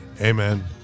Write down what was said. Amen